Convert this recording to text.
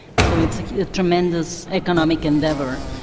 so it's a tremendous economic endeavour,